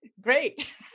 Great